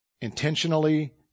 Intentionally